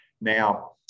Now